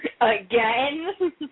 Again